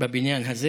בבניין הזה.